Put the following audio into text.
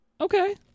Okay